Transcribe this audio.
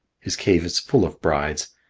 his cave is full of brides.